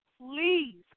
please